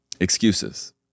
Excuses